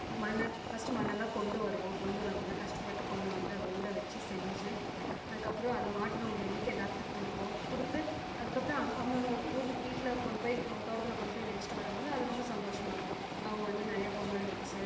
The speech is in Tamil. அப்புறம் மண்ணை ஃபஸ்ட்டு மண்ணெல்லம் கொண்டு வரும் கொண்டு வந்து கஷ்டபட்டு கொண்டு வந்து அதை ஊற வச்சு செஞ்சு அதுக்கப்புறம் அது மாட்டு நோம்பி அன்றைக்கு எல்லாத்துக்கும் கொடுப்போம் கொடுத்து அதுக்கப்புறம் அவங்கவுங்க ஊர் வீட்டில் கொண்டு போய் அவங்க தோட்டத்தில் கொண்டு போய் வச்சுட்டு வரும்போது சந்தோஷமாக இருக்கும் அவங்க வந்து நிறையா பொங்கல் வச்சு